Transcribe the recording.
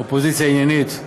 אופוזיציה עניינית.